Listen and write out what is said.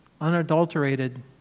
unadulterated